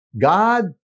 God